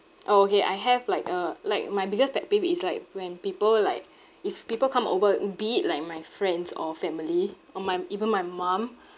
orh okay I have like a like my biggest pet peeve is like when people like if people come over be it like my friends or family or my even my mum